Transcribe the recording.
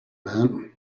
man